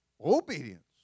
obedience